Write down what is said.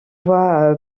voie